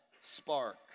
spark